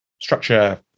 structure